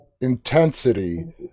intensity